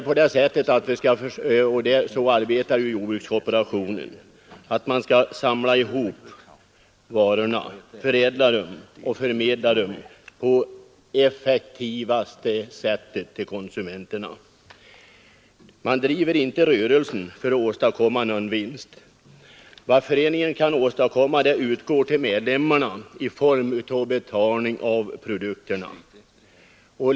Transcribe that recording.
Jordbrukskooperationen arbetar på det sättet att man samlar ihop varorna, förädlar dem och förmedlar dem till konsumenterna på det mest effektiva sättet. Man driver inte rörelsen för att åstadkomma någon vinst. Vad föreningen kan åstadkomma utgår till medlemmarna i form av betalning av produkterna.